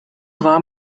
war